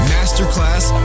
Masterclass